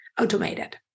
automated